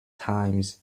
times